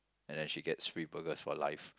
and then she gets free burgers for life